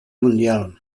mundial